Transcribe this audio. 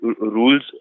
rules